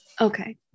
Okay